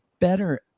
better